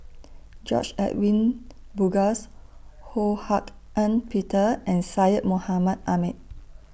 George Edwin Bogaars Ho Hak Ean Peter and Syed Mohamed Ahmed